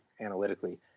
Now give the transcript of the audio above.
analytically